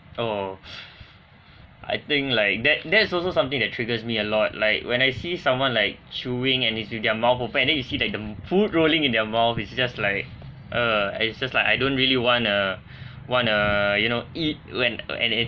oh I think like that that's is also something that triggers me a lot like when I see someone like chewing and it's with their mouth open and then you see that the food rolling in their mouth is just like err I it's just like I don't really want to want to you know eat when I can